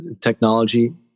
technology